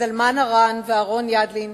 זלמן ארן ואהרן ידלין